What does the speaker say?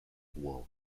wool